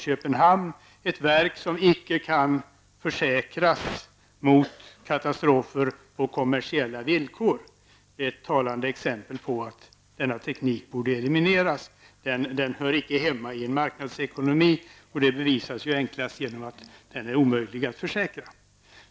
Det är ett verk som icke kan försäkras mot katastrofer på kommersiella villkor, ett talande exempel på att denna teknik borde elimineras. Den hör icke hemma i en marknadsekonomi, och det bevisas enklast genom att den är omöjlig att försäkra.